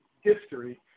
history